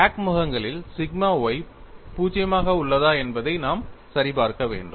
crack முகங்களில் sigma y 0 உள்ளதா என்பதை நாம் சரிபார்க்க வேண்டும்